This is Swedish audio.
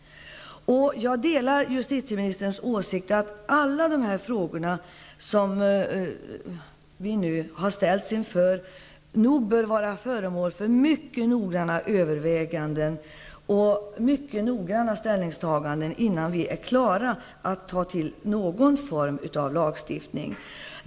Jag delar justitieministerns åsikt att alla dessa frågor som vi nu har ställts inför bör vara föremål för mycket noggranna överväganden innan vi är klara att ta till någon form av lagstiftning.